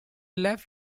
left